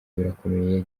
birakomeye